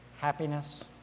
happiness